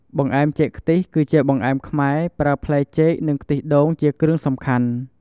បង្អែមចេកខ្ទិះគឺជាបង្អែមខ្មែរ ប្រើផ្លែចេក និងខ្ទិះដូងជាគ្រឿងសំខាន់។